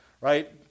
Right